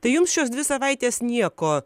tai jums šios dvi savaites nieko